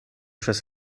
przez